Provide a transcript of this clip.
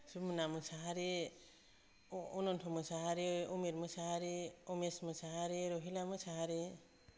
Jamuna Musahari Anant Mosahari Amit Mosahari Amesh Mosahari Rahila Mosahary